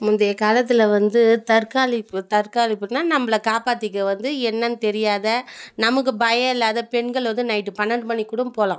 முந்தையக் காலத்தில் வந்து தற்காலிப்பு தற்காலிப்புக்குனால் நம்மள காப்பாற்றிக்க வந்து என்னன்னு தெரியாத நமக்கு பயம் இல்லாத பெண்கள் வந்து நைட்டு பன்னெண்டு மணிக்கு கூட போகலாம்